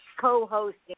co-hosting